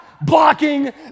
Blocking